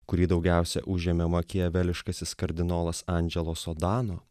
kurį daugiausia užėmė makiaveliškasis kardinolas andželo sodano